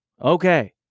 Okay